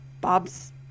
Bob's